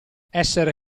essere